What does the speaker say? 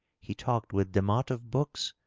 he talked with demotte of books,